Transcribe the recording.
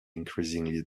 increasingly